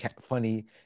funny